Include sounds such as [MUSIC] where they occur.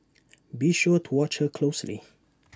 [NOISE] be sure to watch her closely [NOISE]